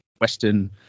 Western